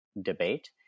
debate